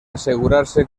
asegurarse